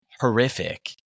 horrific